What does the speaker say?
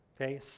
okay